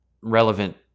relevant